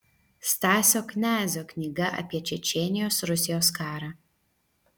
stasio knezio knyga apie čečėnijos rusijos karą